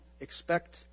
expect